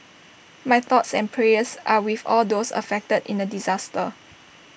my thoughts and prayers are with all those affected in the disaster